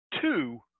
two